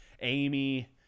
Amy